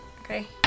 Okay